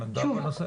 שוב,